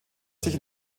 sich